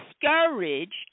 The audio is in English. discouraged